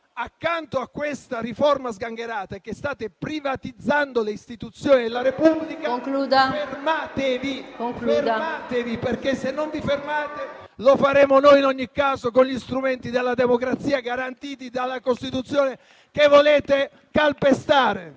accanto a questa riforma sgangherata, è che state privatizzando le Istituzioni della Repubblica, fermatevi. Se non vi fermate, lo faremo noi, in ogni caso, con gli strumenti della democrazia garantiti dalla Costituzione che volete calpestare.